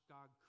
God